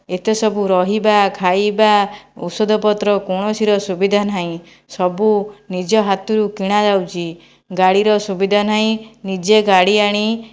ଏତେ ସବୁ ରହିବା ଖାଇବା ଔଷଧପତ୍ର କୌଣସିର ସୁବିଧା ନାହିଁ ସବୁ ନିଜ ହାତରୁ କିଣାଯାଉଛି ଗାଡ଼ିର ସୁବିଧା ନାହିଁ ନିଜେ ଗାଡ଼ି ଆଣି